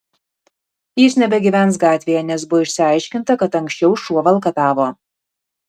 jis nebegyvens gatvėje nes buvo išsiaiškinta kad anksčiau šuo valkatavo